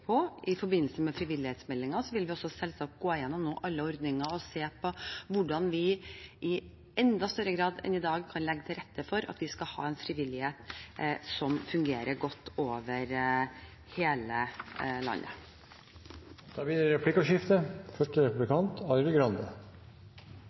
på. I forbindelse med frivillighetsmeldingen vil vi nå også selvsagt gå gjennom alle ordninger og se på hvordan vi i enda større grad enn i dag kan legge til rette for at vi skal ha en frivillighet som fungerer godt, over hele landet. Det blir replikkordskifte. Jeg merker meg hva kulturministeren sier om betydningen momskompensasjonsordningen har. Da er det